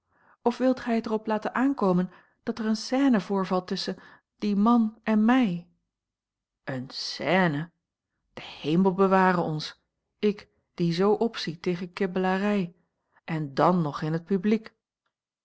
of wilt gij het er op laten aankomen dat er eene scène voorvalt tusschen dien man en mij eene scène de hemel beware ons ik die zoo opzie tegen kibbelarij en dàn nog in t publiek